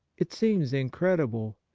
it seems incredible.